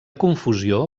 confusió